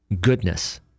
goodness